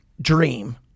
dream